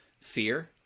fear